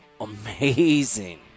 amazing